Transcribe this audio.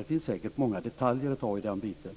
Det finns säkert många detaljer att ta i den biten,